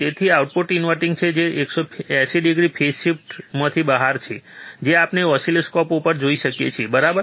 તેથી કે output inverting છે જે 180 ડિગ્રી ફેઝ શિફ્ટમાંથી બહાર છે જે આપણે ઓસિલોસ્કોપ ઉપર જોઈ શકીએ છીએ બરાબર